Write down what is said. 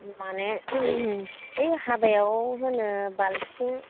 माने ओइ हाबायाव होनो बाल्थिं